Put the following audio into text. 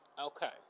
Okay